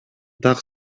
так